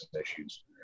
issues